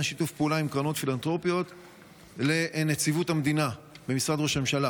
שיתוף פעולה של נציבות המדינה במשרד ראש הממשלה